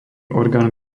orgán